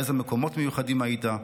באיזה מקומות מיוחדים היית.